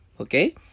Okay